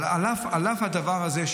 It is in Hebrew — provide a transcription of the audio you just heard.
על אף הדבר הזה,